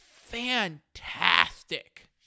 fantastic